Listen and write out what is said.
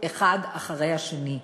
אחד אחרי השני,